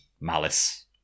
malice